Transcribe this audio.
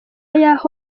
yaho